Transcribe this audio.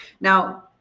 Now